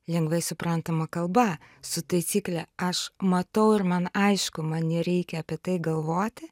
lengvai suprantama kalba su taisykle aš matau ir man aišku man nereikia apie tai galvoti